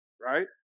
right